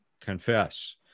confess